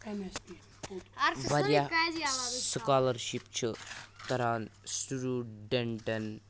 واریاہ سُکالَرشِپ چھُ تَران سِٹوٗڈنٛٹن